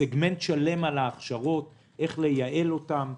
סגמנט שלם על ההכשרות, איך לייעל אותן,